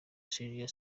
senior